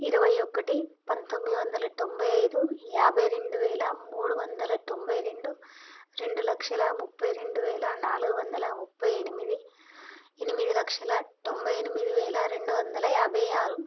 ఇరవై ఒక్కటి పంతొమ్మిది వందల తొంభై ఐదు యాభై రెండు వేల మూడు వందల తొంభై రెండు రెండు లక్షల ముప్పై రెండు వేల నాలుగు వందల ముప్పై ఎనిమిది ఎనిమిది లక్షల తొంభై ఎనిమిది వేల రెండు వందల యాభై ఆరు